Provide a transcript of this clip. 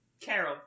Carol